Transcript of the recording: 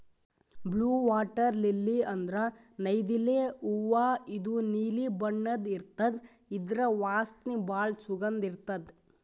blue water lily ಅಂದ್ರ ನೈದಿಲೆ ಹೂವಾ ಇದು ನೀಲಿ ಬಣ್ಣದ್ ಇರ್ತದ್ ಇದ್ರ್ ವಾಸನಿ ಭಾಳ್ ಸುಗಂಧ್ ಇರ್ತದ್